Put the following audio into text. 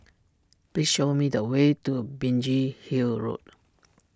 please show me the way to A Biggin Hill Road